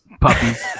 Puppies